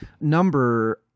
Number